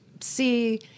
see